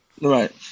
Right